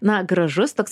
na gražus toks